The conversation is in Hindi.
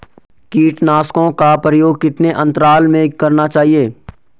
कीटनाशकों का प्रयोग कितने अंतराल में करना चाहिए?